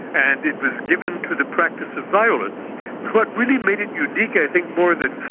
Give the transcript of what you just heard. and it was given to the practice of violence. but what really made it unique i think more than,